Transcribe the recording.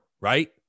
right